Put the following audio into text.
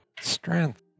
strength